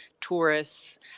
tourists